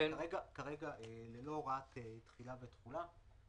כרגע ללא הוראות תחילה ותחולה,